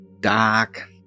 dark